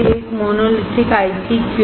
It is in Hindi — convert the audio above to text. एक मोनोलिथिकआईसी क्यों